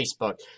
Facebook